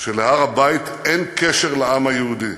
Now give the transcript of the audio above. שלהר-הבית אין קשר לעם היהודי,